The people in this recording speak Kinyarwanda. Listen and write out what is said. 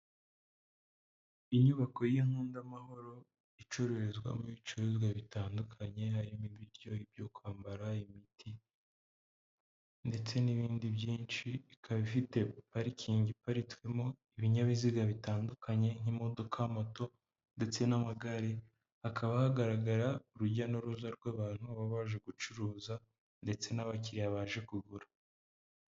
Inyubako y'inkunda mahoro icururizwamo ibicuruzwa bitandukanye harimo ibiryo, ibyo kwambara, imiti ndetse n'ibindi byinshi ikaba ifite parikingi iparitswemo n,ibinyabiziga bitandukanye nk'imodoka, moto ,ndetse n'amagare hakaba hagaragara urujya n'uruza rw'abantu baba baje gucuruza ndetse n'abakiriya baje kugura.